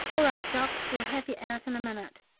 all right, jock, we'll have you out in a minute,